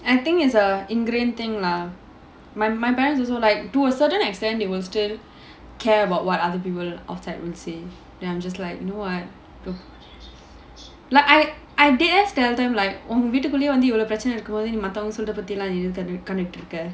I think is a in grain thing lah my my parents also like to a certain extent they will still care about what other people outside will say then I'm just like no I I I did ask tell them like உங்க வீட்டுக்குள்ளேயே வந்து இவ்ளோ பிரச்சனை இருக்கும் போது மத்தவங்க சொல்றது பத்தில்லாம் ஏன் கண்டுட்டு இருக்க:unga veetukullayae vanthu ivlo pirachanai irukkum pothu mathavanga solrathu pathilaam yaen kanduttu irukka